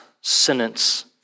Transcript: sentence